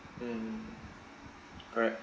mm correct